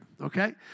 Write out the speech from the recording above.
okay